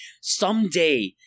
someday